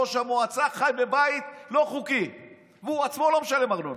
ראש המועצה חי בבית לא חוקי והוא עצמו לא משלם ארנונה.